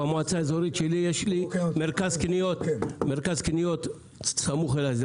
במועצה האזורית שלי יש מרכז קניות סמוך אלי,